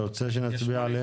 אתה רוצה שנצביע עליהם?